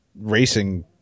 racing